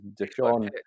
Deshaun